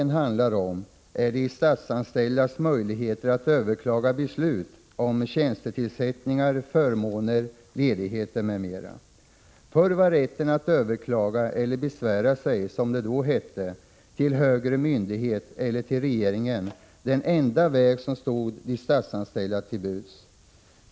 Det handlar om de statsanställdas möjligheter att överklaga beslut om tjänstetillsättningar, förmåner, ledigheter, m.m. Förr var rätten att överklaga eller besvära sig — som det då hette — till högre myndighet eller till regeringen den enda väg som stod de statsanställda till buds.